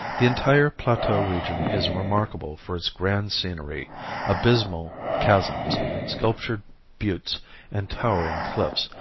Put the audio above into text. the entire plateau region is remarkable for its grand scenery abysmal chasms, sculptured buttes and towering cliffs,